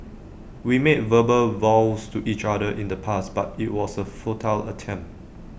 we made verbal vows to each other in the past but IT was A futile attempt